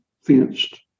fenced